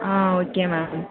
ah okay ma'am